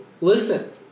Listen